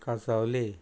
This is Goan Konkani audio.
कासावले